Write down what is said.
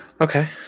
Okay